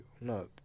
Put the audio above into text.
No